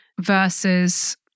versus